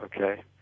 okay